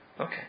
Okay